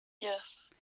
Yes